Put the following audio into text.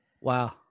Wow